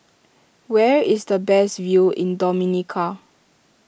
where is the best view in Dominica